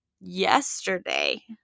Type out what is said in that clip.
yesterday